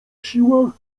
siłach